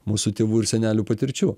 mūsų tėvų ir senelių patirčių